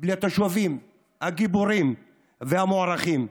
לתושבים הגיבורים והמוערכים.